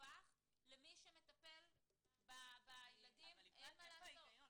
למי שמטפל בילדים אין מה לעשות.